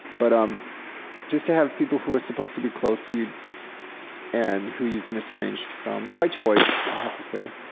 but um just to have people who are supposed to be close to you and who you've been estranged from by choice, i have to say,